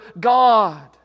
God